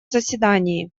заседании